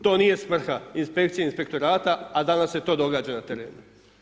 To nije svrha inspekcije, inspektorata, a danas se to događa na terenu.